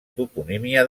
toponímia